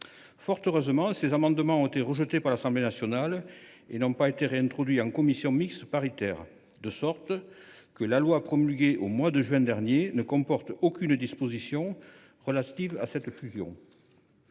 Fort heureusement, ces amendements ont été rejetés par l’Assemblée nationale et n’ont pas été réintroduits en commission mixte paritaire. Résultat, la loi promulguée au mois de juin dernier ne comporte aucune disposition relative à cette fusion.